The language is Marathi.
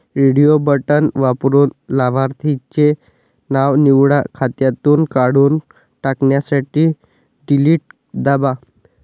रेडिओ बटण वापरून लाभार्थीचे नाव निवडा, खात्यातून काढून टाकण्यासाठी डिलीट दाबा